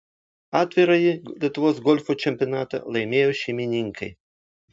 atvirąjį lietuvos golfo čempionatą laimėjo šeimininkai